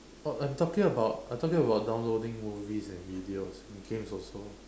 but I'm talking about I'm talking about downloading movies and videos and games also